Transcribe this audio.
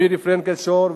מירי פרנקל-שור,